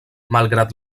malgrat